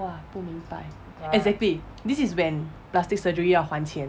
!wah! 不明白 exactly this is when plastic surgery 要还钱